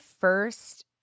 first